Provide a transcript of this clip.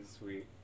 sweet